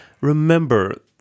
Remember